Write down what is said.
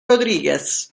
rodríguez